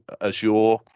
Azure